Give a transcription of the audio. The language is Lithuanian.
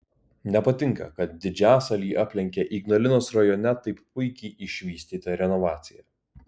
nepatinka kad didžiasalį aplenkia ignalinos rajone taip puikiai išvystyta renovacija